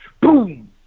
Boom